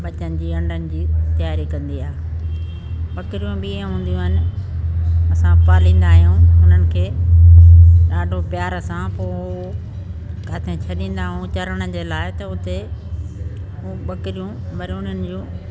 ॿचनि जी अंडनि जी तयारी कंदी आहियां ॿकिरियूं बि ईअं हुंदियूं आहिनि असां पालींदा आहियूं उन्हनि खे ॾाढो प्यार असां पोइ किथे छॾींदा आहियूं चरण जे लाइ त उते हू ॿकिरियूं वरी उन्हनि जूं